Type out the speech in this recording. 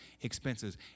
expenses